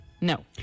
No